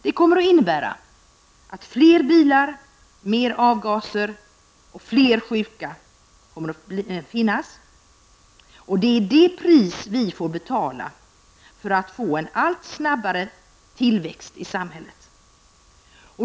Det kommer att innebära att fler bilar, mer avgaser och fler sjuka är det pris vi får betala för att få en allt snabbare tillväxt i samhället.